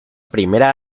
primera